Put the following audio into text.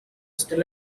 still